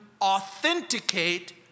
authenticate